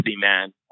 man